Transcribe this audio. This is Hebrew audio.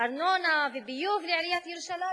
ארנונה ואגרת ביוב לעיריית ירושלים,